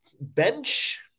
bench